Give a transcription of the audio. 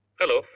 hello